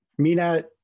Mina